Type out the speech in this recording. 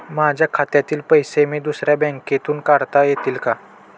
माझ्या खात्यातील पैसे मी दुसऱ्या बँकेतून काढता येतील का?